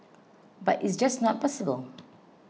but it's just not possible